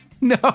No